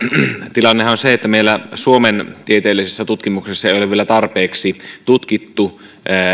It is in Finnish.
tilannehan on se että meillä suomen tieteellisessä tutkimuksessa ei ole vielä tarpeeksi tutkittu